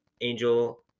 Angel